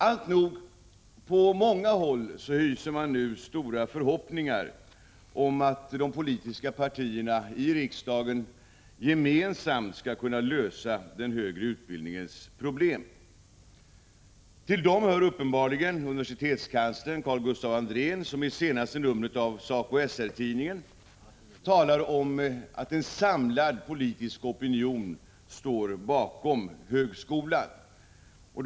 Alltnog, på många håll hyser man nu stora förhoppningar om att de politiska partierna i riksdagen gemensamt skall kunna lösa den högre utbildningens problem. Till dem hör uppenbarligen universitetskanslern Carl-Gustaf Andrén, som i senaste numret av SACO/SR-tidningen talar om att en samlad politisk opinion står bakom högskolan.